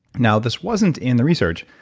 now, this wasn't in the research,